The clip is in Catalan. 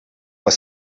les